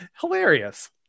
hilarious